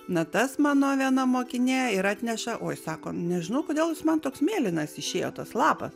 natas mano viena mokinė ir atneša oi sako nežinau kodėl jis man toks mėlynas išėjo tas lapas